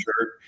shirt